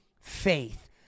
faith